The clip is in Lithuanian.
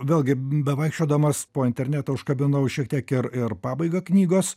vėlgi bevaikščiodamas po internetą užkabinau šiek tiek ir ir pabaigą knygos